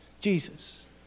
Jesus